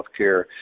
healthcare